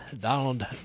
Donald